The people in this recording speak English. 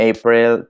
April